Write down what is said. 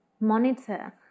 monitor